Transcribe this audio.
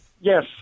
Yes